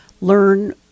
learn